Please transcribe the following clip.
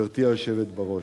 גברתי היושבת בראש,